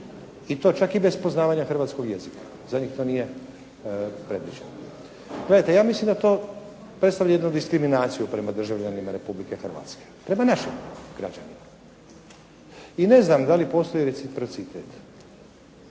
i to čak i bez poznavanja hrvatskog jezika. Za njih to nije predviđeno. Gledajte, ja mislim da to predstavlja jednu diskriminaciju prema državljanima Republike Hrvatske, prema našim građanima i ne znam da li postoji reciprocitet.